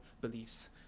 beliefs